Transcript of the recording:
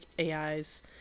AIs